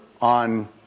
on